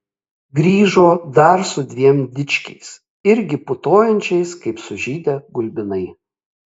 grįžo dar su dviem dičkiais irgi putojančiais kaip sužydę gulbinai